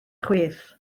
chwith